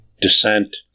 descent